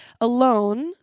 alone